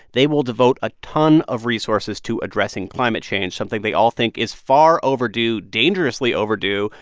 they will devote a ton of resources to addressing climate change, something they all think is far overdue, dangerously overdue,